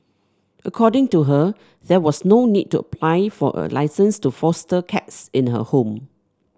according to her there was no need to apply for a licence to foster cats in her home